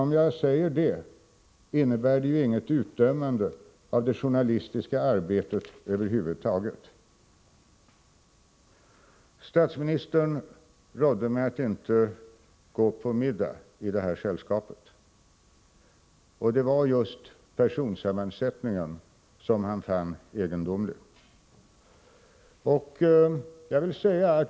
Om jag säger det, innebär det emellertid inget utdömande av det journalistiska arbetet över huvud taget. Statsministern rådde mig att inte gå på middag i det här sällskapet, och det var just personsammansättningen som han fann egendomlig.